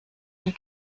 nie